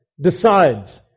decides